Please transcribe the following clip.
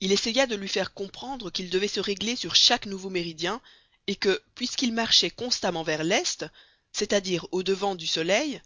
il essaya de lui faire comprendre qu'il devait se régler sur chaque nouveau méridien et que puisqu'il marchait constamment vers l'est c'est-à-dire au-devant du soleil